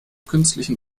künstlichen